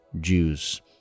Jews